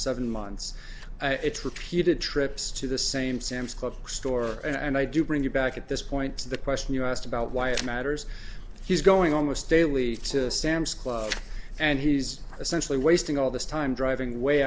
seven months it's repeated trips to the same sam's club store and i do bring you back at this point to the question you asked about why it matters he's going on the staley's to sam's club and he's essentially wasting all this time driving way